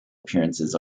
appearances